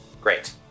Great